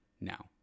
now